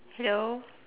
hello